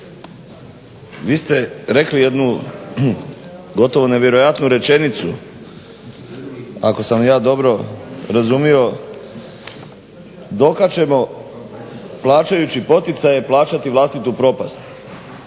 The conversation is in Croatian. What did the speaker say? vi ste rekli jednu gotovo nevjerojatnu rečenicu ako sam ja dobro razumio. Do kad ćemo plaćajući poticaje plaćati vlastitu propast?